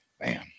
man